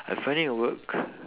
I finding a work